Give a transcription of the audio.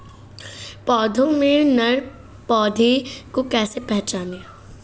पौधों में नर पौधे को कैसे पहचानें?